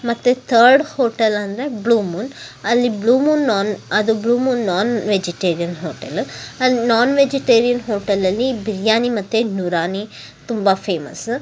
ಮತ್ತು third hotel ಅಂದರೆ Blue Moon ಅಲ್ಲಿ ಬ್ಲೂ ಮೂನ್ ನೋನ್ ಅದು ಬ್ಲೂ ಮೂನ್ ನಾನ್ವೆಜಿಟೇರಿಯನ್ ಹೋಟೆಲು ಅಲ್ಲಿ ನಾನ್ವೆಜಿಟೇರಿಯನ್ ಹೋಟೆಲ್ಲಲ್ಲಿ ಬಿರಿಯಾನಿ ಮತ್ತು ನೂರಾನಿ ತುಂಬ ಫೇಮಸ್ಸು